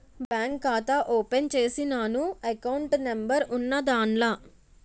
bank ఖాతా open చేసినాను account number ఉన్నాద్దాన్ల